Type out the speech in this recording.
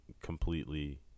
completely